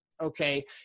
Okay